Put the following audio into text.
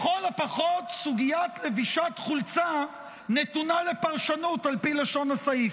לכל הפחות סוגיית לבישת חולצה נתונה לפרשנות על פי לשון הסעיף.